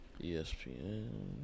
ESPN